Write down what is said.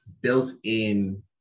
built-in